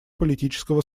политического